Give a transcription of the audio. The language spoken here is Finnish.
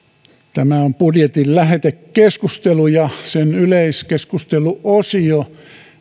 tämä on budjetin lähetekeskustelu ja sen yleiskeskusteluosio